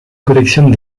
collectionne